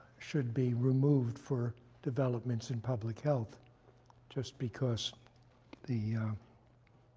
should be removed for developments in public health just because the